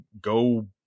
go